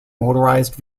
motorized